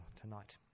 tonight